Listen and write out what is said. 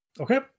Okay